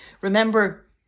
Remember